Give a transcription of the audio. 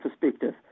perspective